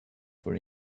for